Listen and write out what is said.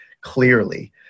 clearly